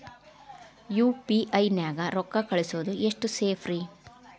UPI ನ್ಯಾಗ ರೊಕ್ಕ ಕಳಿಸೋದು ಎಷ್ಟ ಸೇಫ್ ರೇ?